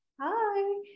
Hi